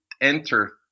enter